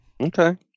Okay